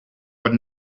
but